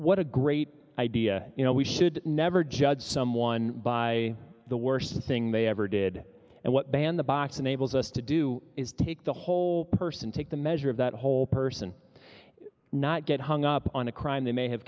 what a great idea you know we should never judge someone by the worst thing they ever did and what ban the box enables us to do is take the whole person take the measure of that whole person not get hung up on a crime they may have